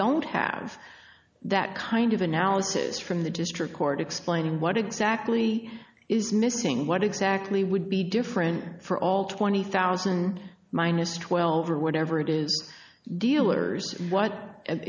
don't have that kind of analysis from the district court explaining what exactly is missing what exactly would be different for all twenty thousand minus twelve or whatever it is dealer's what